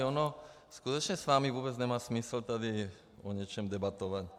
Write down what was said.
Ono skutečně s vámi vůbec nemá smysl tady o něčem debatovat.